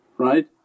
Right